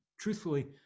truthfully